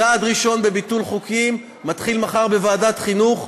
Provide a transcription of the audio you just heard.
צעד ראשון בביטול חוקים מתחיל מחר בוועדת חינוך,